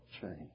change